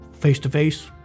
face-to-face